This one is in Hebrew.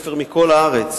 ובתי-ספר מכל הארץ.